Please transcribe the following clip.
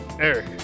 Eric